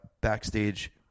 backstage